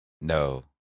No